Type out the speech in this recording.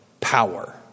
Power